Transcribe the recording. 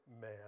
man